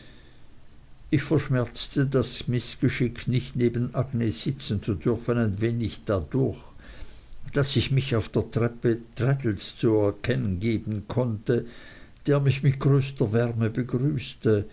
ich verschmerzte das mißgeschick nicht neben agnes sitzen zu dürfen ein wenig dadurch daß ich mich auf der treppe traddles zu erkennen geben konnte der mich mit größter wärme begrüßte